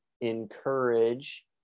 encourage